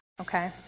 okay